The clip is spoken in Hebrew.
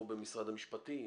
או במשרד המשפטים,